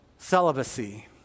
celibacy